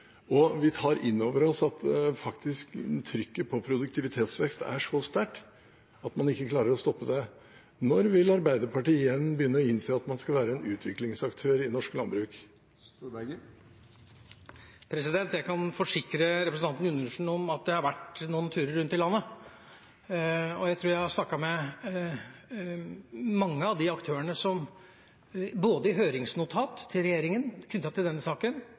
Og vi tar innover oss at trykket på produktivitetsvekst faktisk er så sterkt at man ikke klarer å stoppe det. Når vil Arbeiderpartiet igjen begynne å innse at man skal være en utviklingsaktør i norsk landbruk? Jeg kan forsikre representanten Gundersen om at jeg har vært noen turer rundt i landet. Jeg tror jeg har snakket med mange av de aktørene – de som har skoa på – som både i høringsnotat til regjeringen knyttet til denne saken